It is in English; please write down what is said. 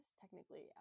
technically